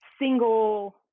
single